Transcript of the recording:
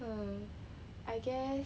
mm I guess